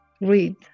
read